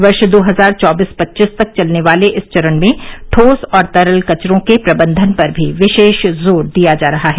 वर्ष दो हजार चौबीस पच्चीस तक चलने वाले इस चरण में ठोस और तरल कचरों के प्रबंधन पर भी विशेष जोर दिया जा रहा है